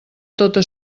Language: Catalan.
tota